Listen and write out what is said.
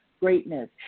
greatness